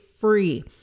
free